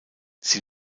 sie